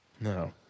No